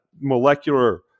molecular